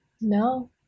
No